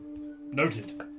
Noted